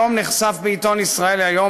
היום נחשף בעיתון ישראל היום,